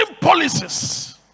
policies